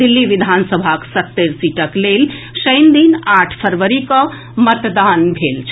दिल्ली विधानसभाक सत्तरि सीटक लेल शनि दिन आठ फरवरी के मतदान भेल छल